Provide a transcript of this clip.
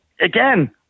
again